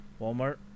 Walmart